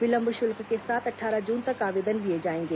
विलंब शुल्क के साथ अट्ठारह जून तक आवदेन लिए जाएंगे